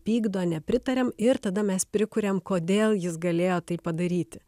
pykdo nepritariam ir tada mes prikuriam kodėl jis galėjo tai padaryti